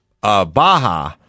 Baja